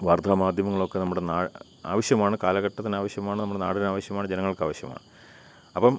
വാർത്താമാധ്യമങ്ങളൊക്കെ നമ്മുടെ നാട്ട് ആവശ്യമാണ് കാലഘട്ടത്തിന് ആവശ്യമാണ് നമ്മുടെ നാടിന് ആവശ്യമാണ് ജനങ്ങൾക്ക് ആവശ്യമാണ് അപ്പം